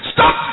Stop